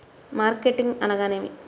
Marketing అనగానేమి?